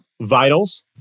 vitals